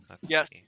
yes